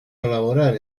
colaborar